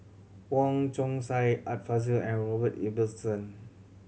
Wong Chong Sai Art Fazil and Robert Ibbetson